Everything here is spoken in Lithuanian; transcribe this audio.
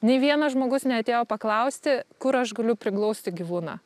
nei vienas žmogus neatėjo paklausti kur aš galiu priglausti gyvūną